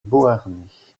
beauharnais